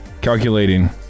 Calculating